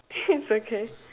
it's okay